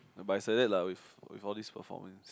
but it's like that lah with with all these performance